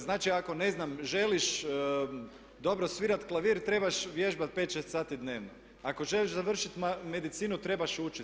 Znači ako ne znam, želiš dobro svirati klavir trebaš vježbati 5, 6 sati dnevno, ako želiš završiti medicinu, trebaš učiti.